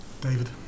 David